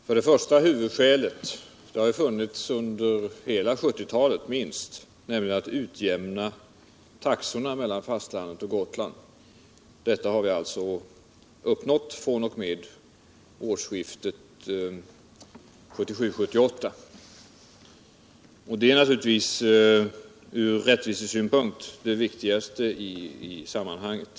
För det första har vi huvudskälet — vilket funnits under åtminstone hela 1970 talet — att utjämna taxorna mellan fastlandet och Gotland. Detta har vi alltså uppnått fr.o.m. årsskiftet 1977-1978. Från rättvisesynpunkt är det naturligtvis det viktigaste i sammanhanget.